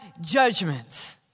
judgments